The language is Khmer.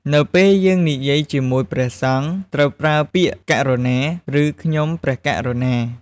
នៅពេលយើងនិយាយជាមួយព្រះសង្ឃ ត្រូវប្រើពាក្យ ករុណា ឬ ខ្ញុំព្រះករុណា។